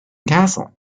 castle